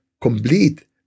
complete